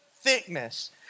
Thickness